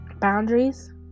Boundaries